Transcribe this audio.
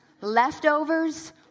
leftovers